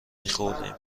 میخوردیم